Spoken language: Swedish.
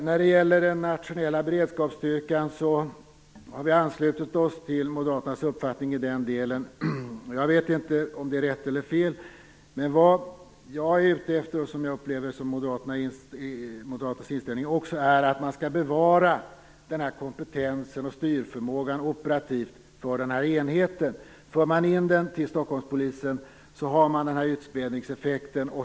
När det gäller den nationella beredskapsstyrkan har vi anslutit oss till Moderaternas uppfattning i den delen. Jag vet inte om det är rätt eller fel. Det jag är ute efter - och jag upplever att det också är Moderaternas inställning - är att man skall bevara den här kompetensen och styrförmågan operativt för den här enheten. Om den förs in till Stockholmspolisen får man en utspädningseffekt.